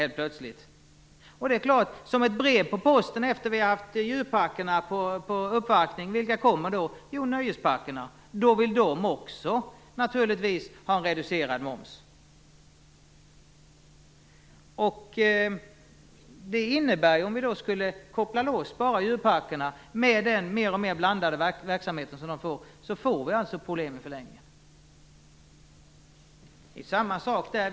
Vilka kommer som ett brev på posten efter det att vi haft djurparkerna på uppvaktning? Jo, nöjesparkerna. Då vill naturligtvis också de ha en reducerad moms. Om vi bara skulle koppla loss djurparkerna, med den alltmer blandade verksamhet de kommer att ha, får vi problem i förlängningen. Det är samma sak där.